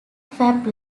fab